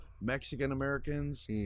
Mexican-Americans